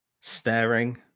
Staring